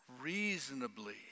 reasonably